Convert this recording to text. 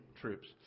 troops